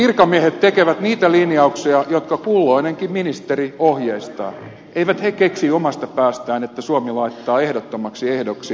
virkamiehet tekevät niitä linjauksia jotka kulloinenkin ministeri ohjeistaa eivät he keksi omasta päästään että suomi laittaa ehdottomaksi ehdoksi vakuuksien vaatimisen